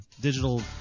digital